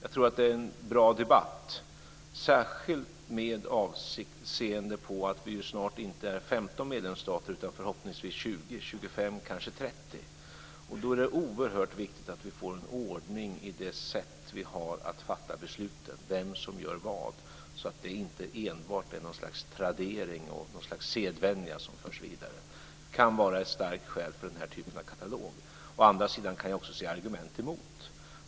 Jag tror att det är en bra debatt, särskilt med avseende på att vi snart inte är 15 medlemsstater utan förhoppningsvis 20-25 eller kanske 30. Då är det oerhört viktigt att vi får en ordning i det sätt som vi har att fatta besluten, vem som gör vad, så att det inte enbart är något slags tradering, något slags sedvänja som förs vidare. Det kan vara ett starkt skäl för den här typen av katalog. Å andra sidan kan jag också se argument emot.